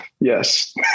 Yes